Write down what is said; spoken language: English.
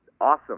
Awesome